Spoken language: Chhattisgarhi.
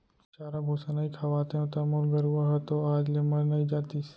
चारा भूसा नइ खवातेंव त मोर गरूवा ह तो आज ले मर नइ जातिस